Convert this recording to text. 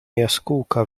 jaskółka